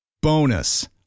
Bonus